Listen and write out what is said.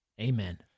amen